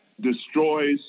destroys